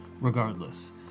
regardless